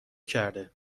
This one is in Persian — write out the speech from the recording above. کرده